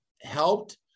helped